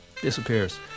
disappears